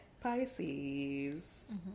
Pisces